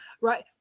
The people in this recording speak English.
Right